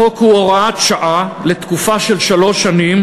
החוק הוא הוראת שעה לתקופה של שלוש שנים.